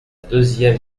deuxième